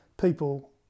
people